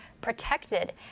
protected